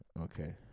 Okay